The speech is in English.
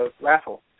raffle